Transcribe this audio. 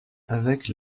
avec